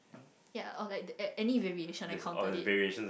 ya or like any remediation that countered it